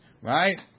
right